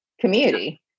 community